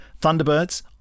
Thunderbirds